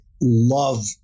love